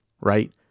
right